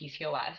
PCOS